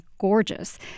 gorgeous